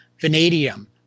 vanadium